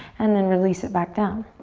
and then release it back down.